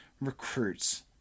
recruits